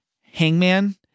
Hangman